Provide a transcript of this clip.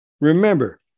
Remember